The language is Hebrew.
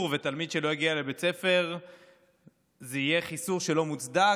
ותלמיד שלא יגיע לבית הספר זה יהיה חיסור לא מוצדק.